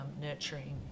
nurturing